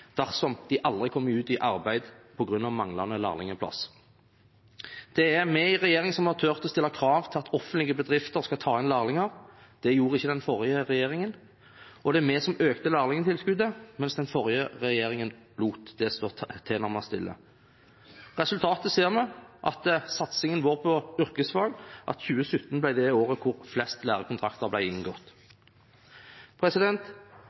dersom de aldri kommer ut i arbeid på grunn av manglende lærlingplass. Det er vi i regjering som har turt å stille krav til at offentlige bedrifter skal ta inn lærlinger. Det gjorde ikke den forrige regjeringen. Og det var vi som økte lærlingtilskuddet, mens den forrige regjeringen lot det stå tilnærmet stille. Resultatet ser vi etter satsingen vår på yrkesfag – at 2017 ble det året da flest